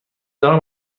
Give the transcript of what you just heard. دارم